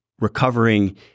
recovering